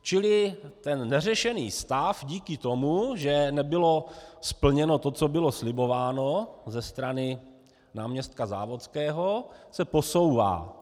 Čili ten neřešený stav se díky tomu, že nebylo splněno to, co bylo slibováno ze strany náměstka Závodského, posouvá.